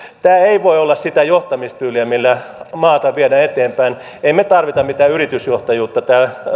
tämä ei voi olla sitä johtamistyyliä millä maata viedään eteenpäin emme me tarvitse mitään yritysjohtajuutta